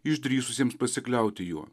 išdrįsusiems pasikliauti juo